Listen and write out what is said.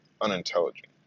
unintelligent